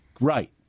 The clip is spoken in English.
Right